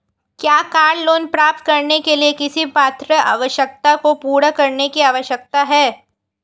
क्या car loan प्राप्त करने के लिए किसी पात्रता आवश्यकता को पूरा करने की आवश्यकता है?